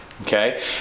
Okay